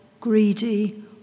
greedy